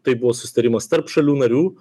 tai buvo susitarimas tarp šalių narių